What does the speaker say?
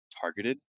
targeted